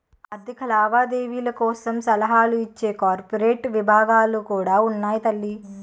ఆర్థిక లావాదేవీల కోసం సలహాలు ఇచ్చే కార్పొరేట్ విభాగాలు కూడా ఉన్నాయి తల్లీ